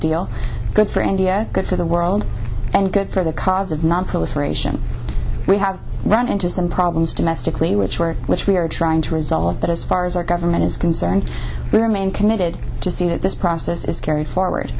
deal good for india good for the world and good for the cause of nonproliferation we have run into some problems domestically which were which we are trying to resolve but as far as our government is concerned we remain committed to see that this process is car